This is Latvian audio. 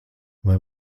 vai